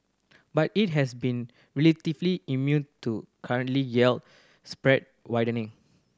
but it has been relatively immune to currently yield spread widening